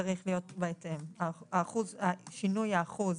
שינוי האחוז